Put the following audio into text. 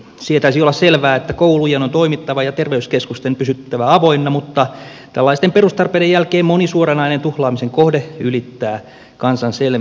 sietäisi olla selvää että koulujen on toimittava ja terveyskeskusten pysyttävä avoinna mutta tällaisten perustarpeiden jälkeen moni suoranainen tuhlaamisen kohde ylittää kansan selkeän enemmistön tajun